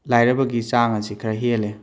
ꯂꯥꯏꯔꯕꯒꯤ ꯆꯥꯡ ꯑꯁꯦ ꯈꯔ ꯍꯦꯜꯂꯦ